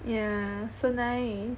yeah so nice